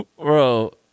Bro